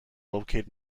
located